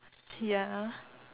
ya